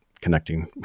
connecting